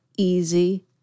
Easy